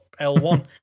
L1